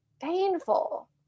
painful